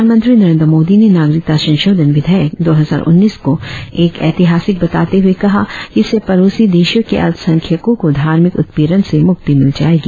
प्रधानमंत्री नरेंद्र मोदी ने नागरिकता संशोधन विधेयक दो हजार उन्नीस को एक ऐतिहासिक बताते हुए कहा है कि इससे पड़ोसी देशों के अल्पसंख्यकों को धार्मिक उत्पीड़न से मुक्ति मिल जायेगी